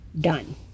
done